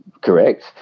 correct